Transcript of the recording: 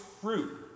fruit